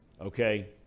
okay